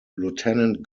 lieutenant